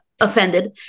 offended